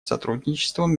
сотрудничеством